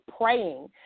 praying